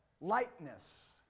lightness